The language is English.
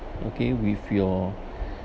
okay with your